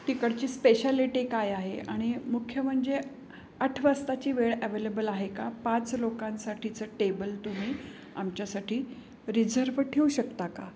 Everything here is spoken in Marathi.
तिकडची स्पेशालिटी काय आहे आणि मुख्य म्हणजे आठ वाजताची वेळ ॲवेलेबल आहे का पाच लोकांसाठीचं टेबल तुम्ही आमच्यासाठी रिझर्व ठेवू शकता का